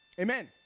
Amen